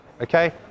okay